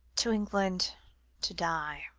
to england to die.